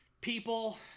people